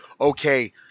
okay